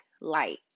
light